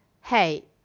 hey